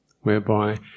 whereby